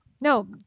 No